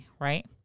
right